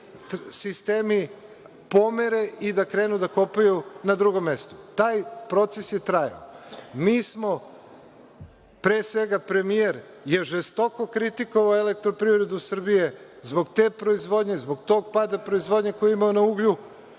ti sistemi pomere i da krenu da kopaju na drugom mestu. Taj proces je trajao. Mi smo, odnosno premijer je žestoko kritikovao „Elektroprivredu Srbije“ zbog te proizvodnje, zbog tog pada proizvodnje koju imamo na uglju,